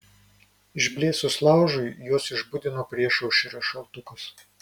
išblėsus laužui juos išbudino priešaušrio šaltukas